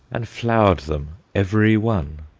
and flowered them, every one!